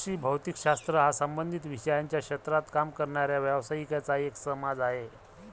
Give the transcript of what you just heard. कृषी भौतिक शास्त्र हा संबंधित विषयांच्या क्षेत्रात काम करणाऱ्या व्यावसायिकांचा एक समाज आहे